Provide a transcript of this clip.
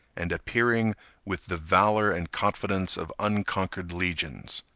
and appearing with the valor and confidence of unconquered legions.